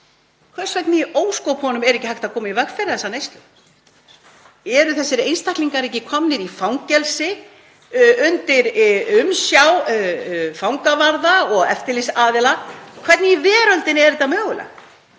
hvers vegna í ósköpunum er ekki hægt að koma í veg fyrir þessa neyslu? Eru þessir einstaklingar ekki komnir í fangelsi og í umsjá fangavarða og eftirlitsaðila? Hvernig í veröldinni er þetta mögulegt?